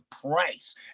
price